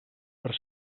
per